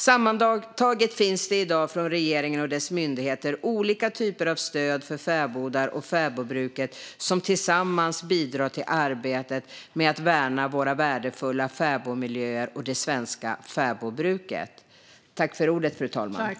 Sammantaget finns det i dag från regeringen och dess myndigheter olika typer av stöd för fäbodar och fäbodbruket som tillsammans bidrar till arbetet med att värna våra värdefulla fäbodmiljöer och det svenska fäbodbruket. Då Hanna Wagenius hade framställt interpellationen under den tid hon tjänstgjort som ersättare för ledamot som därefter återtagit sin plats i riksdagen, medgav tredje vice talmannen att Peter Helander i stället fick delta i debatten.